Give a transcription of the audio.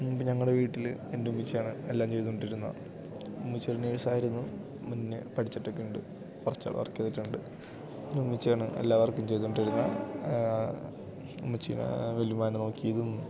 ഇന്ന് ഇപ്പം ഞങ്ങളുടെ വീട്ടിൽ എൻ്റെ ഉമ്മച്ചിയാണ് എല്ലാം ചെയ്തു കൊണ്ടിരുന്നത് ഉമ്മച്ചി ഒരു നേഴ്സ് ആയിരുന്നു മുന്നേ പഠിച്ചിട്ടൊക്കെ ഉണ്ട് കുറച്ചു നാൾ വർക്ക് ചെയ്തിട്ടുണ്ട് എൻ്റെ ഉമ്മിച്ചയാണ് എല്ലാ വർക്കും ചെയ്തു കൊണ്ടിരുന്നത് ഉമ്മച്ചീനെ വല്യുമ്മാനെ നോക്കിയതും